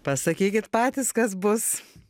pasakykit patys kas bus